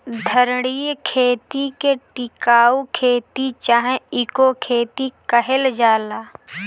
धारणीय खेती के टिकाऊ खेती चाहे इको खेती कहल जाला